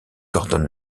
gordon